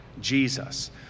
Jesus